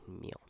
meal